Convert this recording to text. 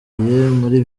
muri